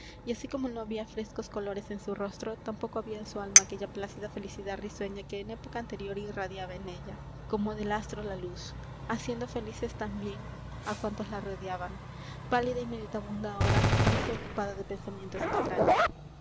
y así como no había frescos colores en su rostro tampoco había en su alma aquella plácida felicidad risueña que en época anterior irradiaba de ella como del astro la luz haciendo felices también a cuantos la rodeaban pálida y meditabunda ahora parecía ocupada de pensamientos extraños